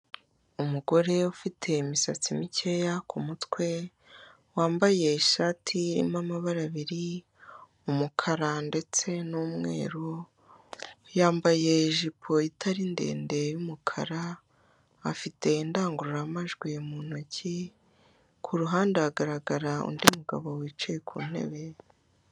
Umugore ufite imisatsi mikeya ku mutwe, wambaye ishati irimo amabara abiri, umukara ndetse n'umweru, yambaye ijipo itari ndende y'umukara, afite indangururamajwi mu ntoki, ku ruhande hagaragara undi mugabo wicaye ku ntebe.